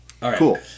Cool